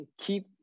keep